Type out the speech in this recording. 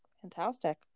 Fantastic